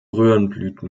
röhrenblüten